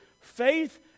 faith